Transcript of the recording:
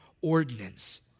ordinance